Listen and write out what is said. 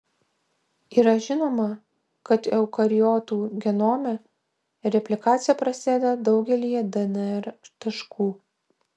yra žinoma kad eukariotų genome replikacija prasideda daugelyje dnr taškų